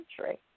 century